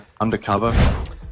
undercover